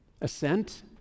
assent